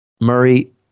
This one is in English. Murray